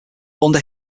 under